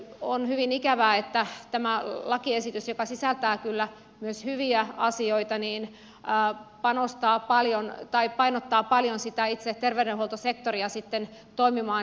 on hyvin ikävää että tämä lakiesitys joka sisältää kyllä myös hyviä asioita niin mää panostaa paljon tai painottaa paljon sitä itse terveydenhuoltosektoria sitten toimimaan kielenopettajana